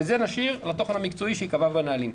את זה נשאיר לתוכן המקצועי שייקבע בנהלים.